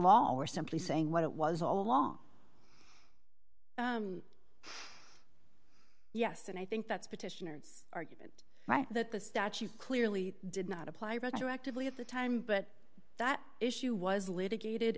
law we're simply saying what it was all along yes and i think that's petitioner's argument that the statue clearly did not apply retroactively at the time but that issue was litigated